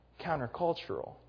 countercultural